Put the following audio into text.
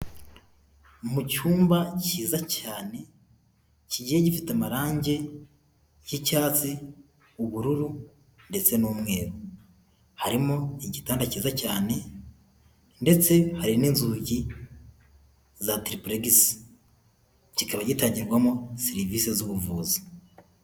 Mu cyumba cyiza cyane kigiye gifite amarangi y'icyatsi, ubururu ndetse n'umweru, harimo igitanda cyiza cyane ndetse hari n'dugiladrprega kikaba gitangirwamo serivisi z'ubuvuzi.